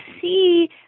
see